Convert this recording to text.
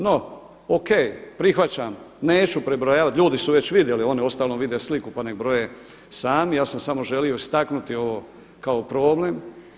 No, o.k. prihvaćam neću prebrojavati, ljudi su već vidjeli, oni u ostalom vide sliku pa nek broje sami, ja sam samo želio istaknuti ovo kao problem.